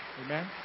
Amen